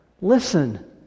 listen